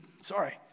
sorry